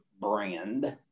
brand